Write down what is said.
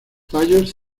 tallos